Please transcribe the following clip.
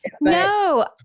No